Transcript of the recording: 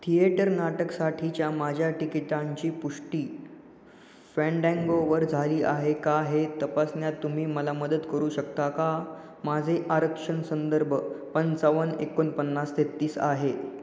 theatre नाटकसाठीच्या माझ्या टिकिटांची पुष्टी फँडँगोवर झाली आहे का हे तपासण्यात तुम्ही मला मदत करू शकता का माझे आरक्षण संदर्भ पंचावन एकोणपन्नास तेहेतीस आहे